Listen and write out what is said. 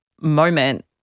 moment